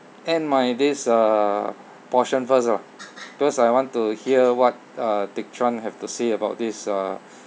end my this uh portion first lah because I want to hear what uh teck chuan have to say about this uh